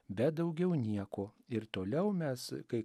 bet daugiau nieko ir toliau mes kai